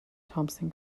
thompson